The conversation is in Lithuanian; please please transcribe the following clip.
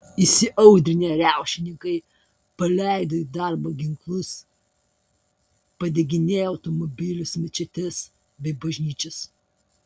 įsiaudrinę riaušininkai paleido į darbą ginklus padeginėjo automobilius mečetes bei bažnyčias